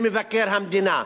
ממבקר המדינה.